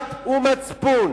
דת ומצפון,